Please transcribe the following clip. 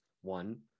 one